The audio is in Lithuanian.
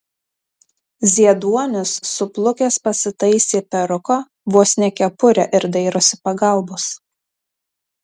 zieduonis suplukęs pasitaisė peruką vos ne kepurę ir dairosi pagalbos